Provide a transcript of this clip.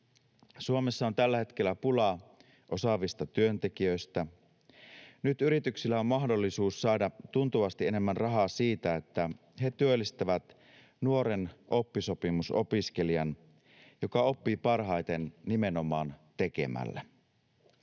Suomessa on tällä hetkellä pulaa osaavista työntekijöistä. Nyt yrityksillä on mahdollisuus saada tuntuvasti enemmän rahaa siitä, että he työllistävät nuoren oppisopimusopiskelijan, joka oppii parhaiten nimenomaan tekemällä.